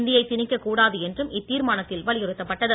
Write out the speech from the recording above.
இந்தியை திணிக்க கூடாது என்றும் இத்தீர்மானத்தில் வலியுறுத்தப்பட்டது